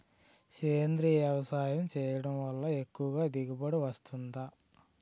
సేంద్రీయ వ్యవసాయం చేయడం వల్ల ఎక్కువ దిగుబడి వస్తుందా?